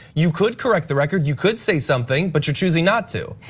you could correct the record, you could say something. but you're choosing not to.